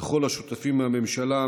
לכל השותפים מהממשלה,